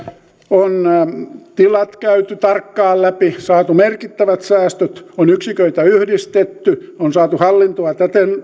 on tilat käyty tarkkaan läpi saatu merkittävät säästöt on yksiköitä yhdistetty on saatu hallintoa